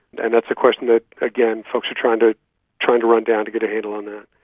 and that's a question that, again, folks are trying to trying to run down to get a handle on that.